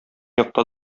якта